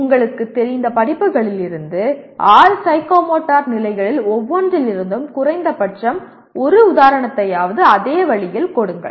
உங்களுக்குத் தெரிந்த படிப்புகளிலிருந்து ஆறு சைக்கோமோட்டர் நிலைகளில் ஒவ்வொன்றிலிருந்தும் குறைந்தபட்சம் ஒரு உதாரணத்தையாவது அதே வழியில் கொடுங்கள்